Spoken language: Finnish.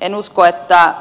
en usko että